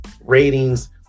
ratings